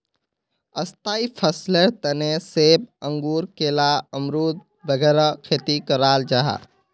स्थाई फसलेर तने सेब, अंगूर, केला, अमरुद वगैरह खेती कराल जाहा